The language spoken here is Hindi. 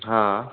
हाँ